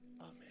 Amen